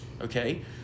okay